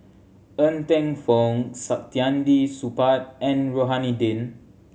Ng Teng Fong Saktiandi Supaat and Rohani Din